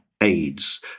AIDS